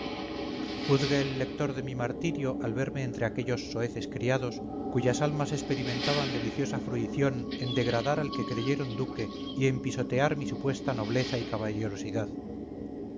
juzgue el lector de mi martirio al verme entre aquellos soeces criados cuyas almas experimentaban deliciosa fruición en degradar al que creyeron duque y en pisotear mi supuesta nobleza y caballerosidad